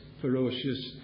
ferocious